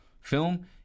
film